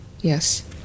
Yes